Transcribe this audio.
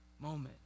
moment